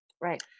Right